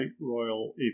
royal